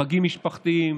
חגים משפחתיים,